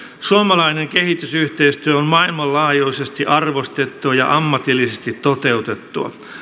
suomalainen kehitysyhteistyö on maailmanlaajuisesti arvostettua ja ammatillisesti toteutettua